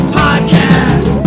podcast